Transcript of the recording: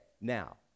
now